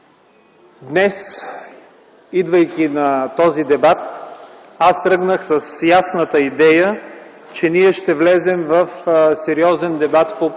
Днес, идвайки на този дебат, аз тръгнах с ясната идея, че ние ще влезем в сериозен дебат по проблемите